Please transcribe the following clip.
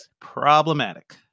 problematic